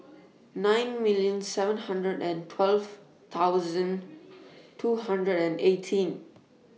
nine million seven hundred and twelve thousand two hundred and eighteen